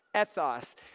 ethos